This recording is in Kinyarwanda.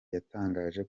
yatangaje